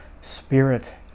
spirit